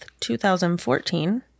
2014